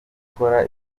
gukora